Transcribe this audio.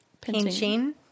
pinching